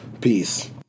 Peace